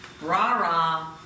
rah-rah